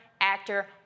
actor